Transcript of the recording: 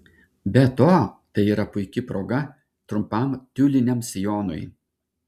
be to tai yra puiki proga trumpam tiuliniam sijonui